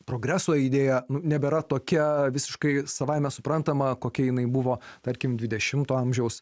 progreso idėja nu nebėra tokia visiškai savaime suprantama kokia jinai buvo tarkim dvidešimto amžiaus